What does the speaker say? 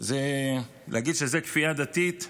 להגיד שזו כפייה דתית,